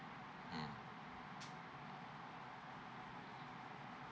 mm